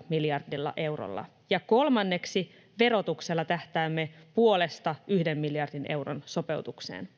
1,5 miljardilla eurolla. Ja kolmanneksi, verotuksella tähtäämme 0,5—1 miljardin euron sopeutukseen.